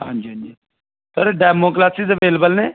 ਹਾਂਜੀ ਹਾਂਜੀ sir demo classes available ਨੇ